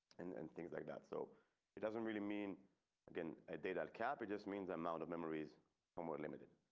and and things like that, so it doesn't really mean again a data cap. it just means amount of memories somewhere limited.